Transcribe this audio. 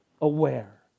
aware